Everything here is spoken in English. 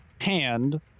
hand